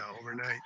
Overnight